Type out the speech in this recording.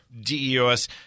DEOS